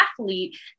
athlete